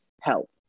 help